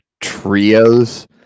trios